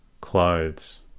clothes